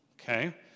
okay